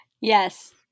Yes